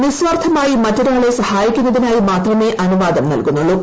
നിസാർത്ഥമായി മറ്റൊരാളെ സഹായിക്കുന്നതിനായി മാത്രമേ അനുവാദം നൽകുന്നുള്ളു